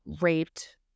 raped